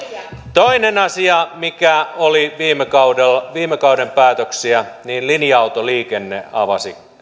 toinen asia mikä oli viime kauden päätöksiä linja autoliikenne